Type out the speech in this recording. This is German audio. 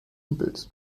übels